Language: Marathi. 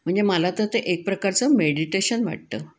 म्हणजे मला तं ते एक प्रकारचं मेडिटेशन वाटतं